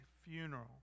funeral